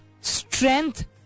strength